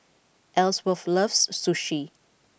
Ellsworth loves Sushi